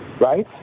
Right